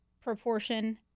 proportion